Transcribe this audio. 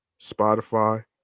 Spotify